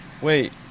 wait